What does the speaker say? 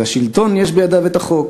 אז השלטון, יש בידיו החוק,